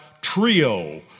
trio